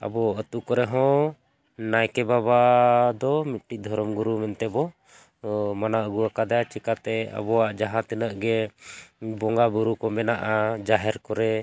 ᱟᱵᱚ ᱟᱛᱳ ᱠᱚᱨᱮ ᱦᱚᱸ ᱱᱟᱭᱠᱮ ᱵᱟᱵᱟ ᱫᱚ ᱢᱤᱫᱴᱤᱡ ᱫᱷᱚᱨᱚᱢ ᱜᱩᱨᱩ ᱢᱮᱱᱛᱮ ᱵᱚ ᱢᱟᱱᱟᱣ ᱟᱹᱜᱩ ᱟᱠᱟᱫᱮᱭᱟ ᱪᱤᱠᱟᱹᱛᱮ ᱟᱵᱚᱣᱟᱜ ᱡᱟᱦᱟᱸ ᱛᱤᱱᱟᱹᱜ ᱜᱮ ᱵᱚᱸᱜᱟ ᱵᱩᱨᱩ ᱠᱚ ᱢᱮᱱᱟᱜᱼᱟ ᱡᱟᱦᱮᱨ ᱠᱚᱨᱮ